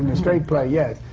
and straight play, yes.